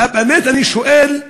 ובאמת, אני שואל,